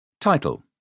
Title